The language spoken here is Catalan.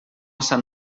sant